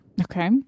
Okay